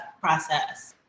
process